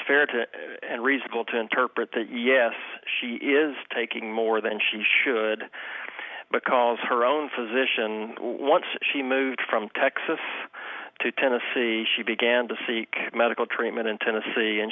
fair to and reasonable to interpret that yes she is taking more than she should but calls her own physician once she moved from texas to tennessee she began to seek medical treatment in tennessee and